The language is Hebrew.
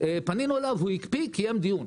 פנינו אליו והוא הקפיא את הצו וקיים דיון.